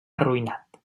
arruïnat